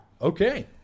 okay